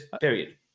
period